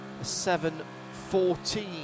7.14